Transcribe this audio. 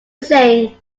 sing